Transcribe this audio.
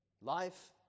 life